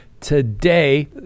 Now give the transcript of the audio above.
Today